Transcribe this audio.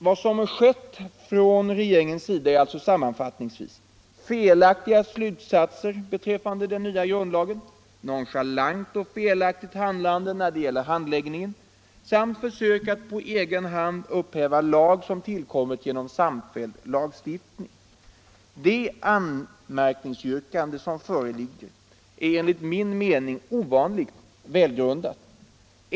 Vad som förekommit från regeringens sida är alltså sam — heter manfattningsvis: felaktiga slutsatser av den nya grundlagen, nonchalant och felaktigt handlande när det gäller handläggningen samt försök att Det anmärkningsyrkande som föreligger är enligt min mening ovanligt välgrundat.